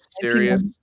Serious